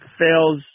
fails